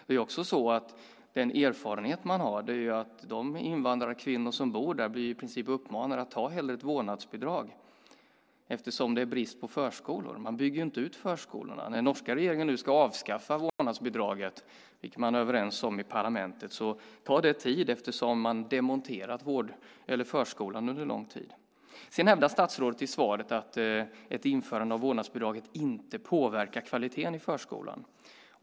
Det är också så att de invandrarkvinnor som bor i Norge i princip blir uppmanade att hellre ta ett vårdnadsbidrag eftersom det är brist på förskolor. Man bygger inte ut förskolorna. När den norska regeringen nu ska avskaffa vårdnadsbidraget, vilket man är överens om i parlamentet, tar det tid därför att man har demonterat förskolan under en lång tid. Statsrådet nämner i sitt svar att införandet av vårdnadsbidraget inte påverkar kvaliteten i förskolan.